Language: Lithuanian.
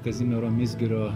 kazimiero mizgirio